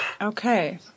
okay